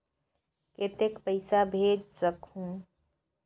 कतेक पइसा भेज सकहुं?